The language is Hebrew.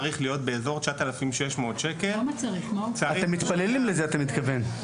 צריך להיות באזור 9,600 שקל --- אתם מתפללים לזה אתה מתכוון.